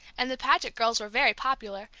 and the paget girls were very popular,